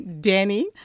Danny